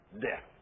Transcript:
Death